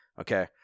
Okay